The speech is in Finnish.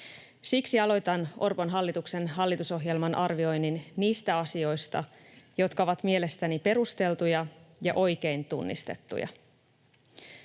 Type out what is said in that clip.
Siksi aloitan Orpon hallituksen hallitusohjelman arvioinnin niistä asioista, jotka ovat mielestäni perusteltuja ja oikein tunnistettuja.